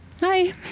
Hi